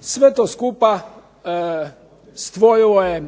Sve to skupa stvorilo je